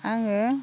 आङो